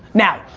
now,